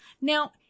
Now